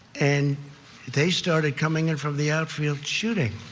and they started coming in from the outfield shooting.